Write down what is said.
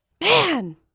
Man